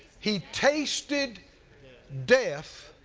he. tasted death